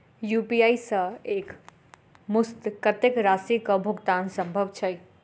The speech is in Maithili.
यु.पी.आई सऽ एक मुस्त कत्तेक राशि कऽ भुगतान सम्भव छई?